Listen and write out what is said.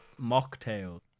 mocktail